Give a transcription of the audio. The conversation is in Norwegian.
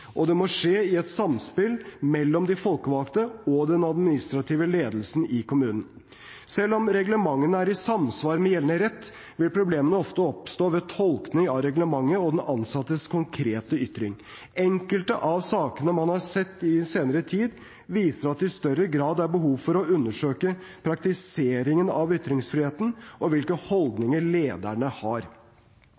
og det må skje i et samspill mellom de folkevalgte og den administrative ledelsen i kommunen. Selv om reglementene er i samsvar med gjeldende rett, vil problemene ofte oppstå ved tolkningen av reglementet og den ansattes konkrete ytring. Enkelte av sakene man har sett i senere tid, viser at det i større grad er behov for å undersøke praktiseringen av ytringsfriheten og hvilke